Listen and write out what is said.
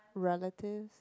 relatives